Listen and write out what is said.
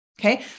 Okay